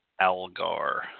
Algar